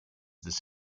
this